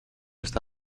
está